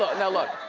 ah now, look.